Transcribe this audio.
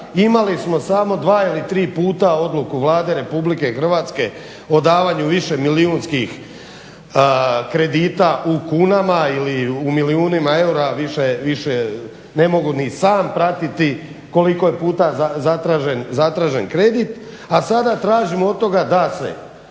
Imali smo samo dva ili tri puta odluku Vlade Republike Hrvatske o davanju višemilijunskih kredita u kunama ili u milijunima eura više ne mogu ni sam pratiti koliko je puta zatražen kredit. A sada tražimo od toga da se